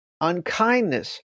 unkindness